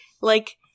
like-